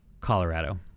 colorado